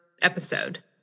episode